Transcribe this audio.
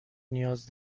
نیاز